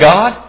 God